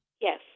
Yes